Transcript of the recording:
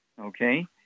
okay